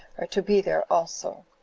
are to be there also.